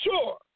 sure